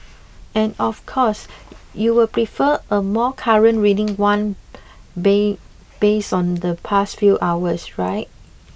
and of course you will prefer a more current reading than one based on the past few hours right